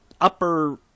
upper